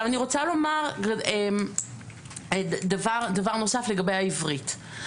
אני רוצה לומר דבר נוסף לגבי העברית.